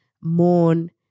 mourn